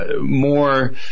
more